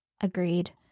Agreed